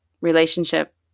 relationship